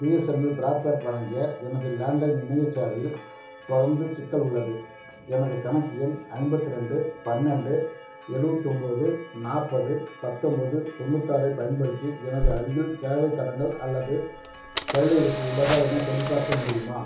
BSNL broadband வழங்கிய எனது landline இணையச் சேவையில் தொடர்ந்து சிக்கல் உள்ளது எனது கணக்கு எண் ஐம்பத்தி ரெண்டு பன்னெண்டு எழுவத்து ஒம்போது நாற்பது பத்தொம்போது தொண்ணூற்றி ஆறு ஐப் பயன்படுத்தி எனது அருகில் சேவைத் தடங்கல் அல்லது செயலிலப்பு உள்ளதா எனச் சரிபார்க்க முடியுமா